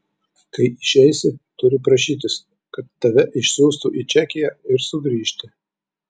kai išeisi turi prašytis kad tave išsiųstų į čekiją ir sugrįžti